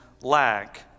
lack